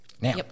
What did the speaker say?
Now